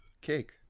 Cake